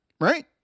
right